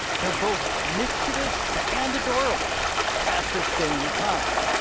they're both mischievous and adorable at the same time.